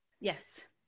Yes